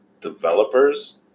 developers